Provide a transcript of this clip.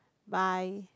bye